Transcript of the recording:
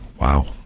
Wow